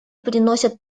приносят